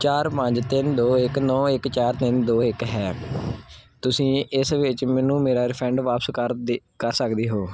ਚਾਰ ਪੰਜ ਤਿੰਨ ਦੋ ਇੱਕ ਨੌ ਇੱਕ ਚਾਰ ਤਿੰਨ ਦੋ ਇੱਕ ਹੈ ਤੁਸੀਂ ਇਸ ਵਿੱਚ ਮੈਨੂੰ ਮੇਰਾ ਰਿਫੰਡ ਵਾਪਸ ਕਰ ਦੇ ਕਰ ਸਕਦੇ ਹੋ